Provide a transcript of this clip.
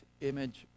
image